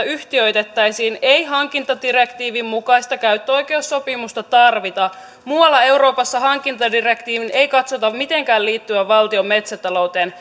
yhtiöitettäisiin ei hankintadirektiivin mukaista käyttöoikeussopimusta tarvita muualla euroopassa hankintadirektiivin ei katsota mitenkään liittyvän valtion metsätalouteen